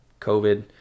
COVID